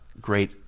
Great